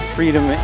Freedom